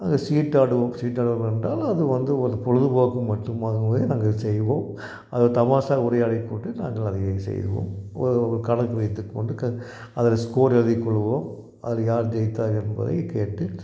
நாங்கள் சீட்டு ஆடுவோம் சீட்டு ஆடுவோம் என்றால் அது வந்து ஒரு பொழுதுபோக்கு மட்டுமாகவே நாங்கள் செய்வோம் அது தமாஷா உரையாடிக்கொண்டு நாங்கள் அதை செய்வோம் ஒரு கணக்கு வைத்துக்கொண்டு அதில் ஸ்கோர் எழுதிக்கொள்வோம் அதில் யார் ஜெயித்தார் என்பதைக் கேட்டு